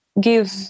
give